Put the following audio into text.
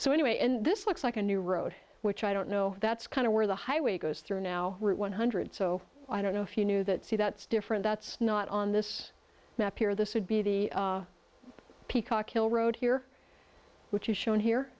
so anyway and this looks like a new road which i don't know that's kind of where the highway goes through now route one hundred so i don't know if you knew that see that's different that's not on this map here this would be the peacock hill road here which is shown here